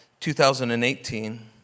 2018